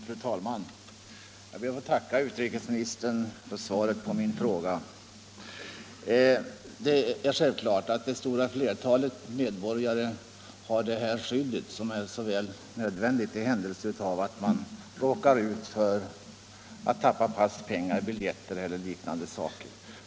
Fru talman! Jag ber att få tacka utrikesministern för svaret på min fråga. Det är självklart att det stora flertalet medborgare har det skydd som är så nödvändigt för den händelse att man råkar tappa pass, pengar, biljetter eller liknande saker.